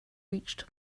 reached